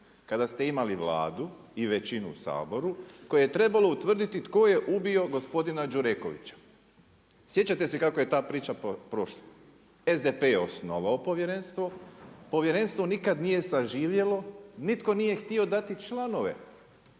kada ste imali Vladu i većinu u Saboru, koji je trebalo utvrditi tko je ubio gospodina Đurekovića. Sjećate se kako je ta priča prošla? SDP je osnova povjerenstvo. Povjerenstvo nikad nije suživjelo, nitko nije htio dati članove